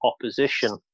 opposition